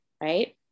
right